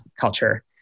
culture